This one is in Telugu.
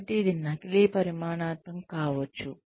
కాబట్టి ఇది నకిలీ పరిమాణాత్మకం కావచ్చు